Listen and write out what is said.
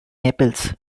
naples